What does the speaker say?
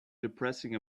depressing